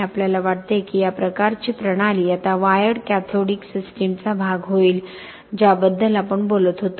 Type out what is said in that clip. आपल्याला वाटते की या प्रकारची प्रणाली आता वायर्ड कॅथोडिक सिस्टीमचा भाग होईल ज्याबद्दल आपण बोलत होतो